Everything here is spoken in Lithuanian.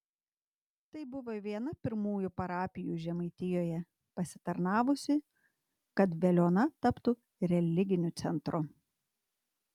tai buvo viena pirmųjų parapijų žemaitijoje pasitarnavusi kad veliuona taptų religiniu centru